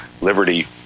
Liberty